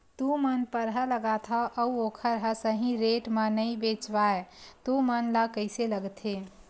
तू मन परहा लगाथव अउ ओखर हा सही रेट मा नई बेचवाए तू मन ला कइसे लगथे?